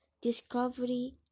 discovery